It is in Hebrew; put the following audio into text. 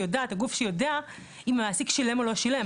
הגוף שיודע אם המעסיק שילם או לא שילם.